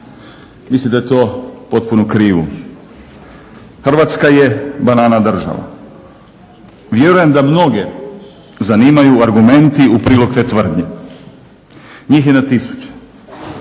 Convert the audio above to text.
Mislim da je to potpuno krivo. Hrvatska je banana država. Vjerujem da mnoge zanimaju argumenti u prilog te tvrdnje, njih je na tisuće.